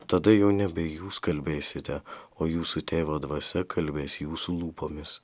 tada jau nebe jūs kalbėsite o jūsų tėvo dvasia kalbės jūsų lūpomis